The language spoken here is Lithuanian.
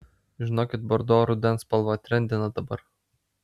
žinokit bordo rudens spalva trendina dabar